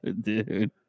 dude